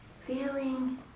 Feeling